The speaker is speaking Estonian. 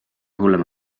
hullem